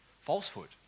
falsehood